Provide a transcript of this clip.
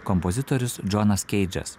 kompozitorius džonas keidžas